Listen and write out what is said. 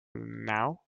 now